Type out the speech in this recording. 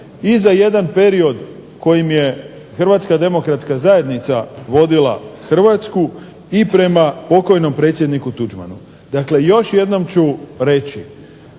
i za jedan period kojim je Hrvatska demokratska zajednica vodila Hrvatsku i prema pokojnom predsjedniku Tuđmanu. Dakle još jednom ću reći,